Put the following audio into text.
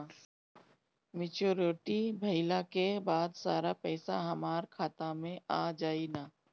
Maturity भईला के बाद सारा पईसा हमार खाता मे आ जाई न?